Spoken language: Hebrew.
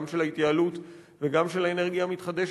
גם של ההתייעלות וגם של האנרגיה המתחדשת,